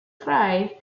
frey